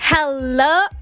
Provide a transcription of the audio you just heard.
Hello